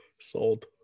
Sold